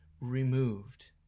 removed